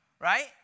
right